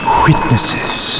witnesses